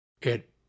It